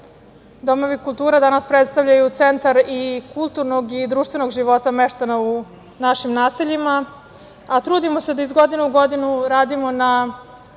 Domovi kulture danas predstavljaju centar i kulturnog i društvenog života meštana u našim naseljima, a trudimo se da iz godine u godinu radimo na